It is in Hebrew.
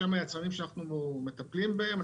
בשם היצרנים שאנחנו מטפלים בהם,